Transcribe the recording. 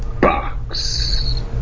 box